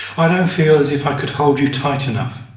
i don't feel as if i could hold you tight enough.